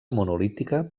monolítica